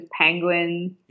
penguins